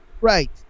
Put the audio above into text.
Right